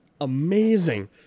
amazing